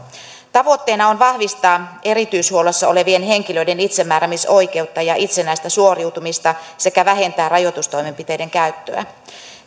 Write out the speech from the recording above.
tavoitteena on vahvistaa erityishuollossa olevien henkilöiden itsemääräämisoikeutta ja itsenäistä suoriutumista sekä vähentää rajoitustoimenpiteiden käyttöä